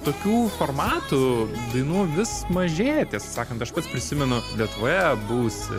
tokių formatų dainų vis mažėja tiesą sakant aš pats prisimenu lietuvoje buvusį